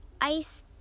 ice